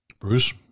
Bruce